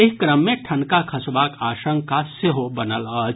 एहि क्रम मे ठनका खसबाक आशंका सेहो बनल अछि